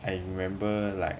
I remember like